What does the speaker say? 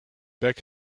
back